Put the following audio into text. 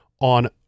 on